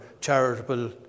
charitable